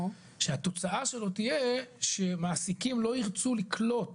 שהתוצאה שלו תהיה שמעסיקים לא ירצו לקלוט